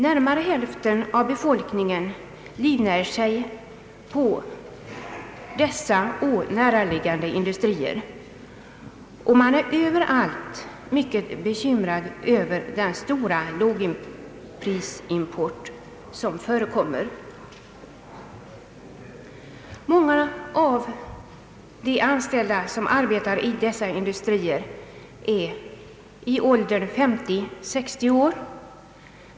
Närmare hälften av befolkningen livnär sig på dessa och näraliggande industrier, och man är överallt mycket bekymrad över den stora lågprisimport som förekommer. Många av de anställda som arbetar i dessa industrier är i åldern 50—60 år.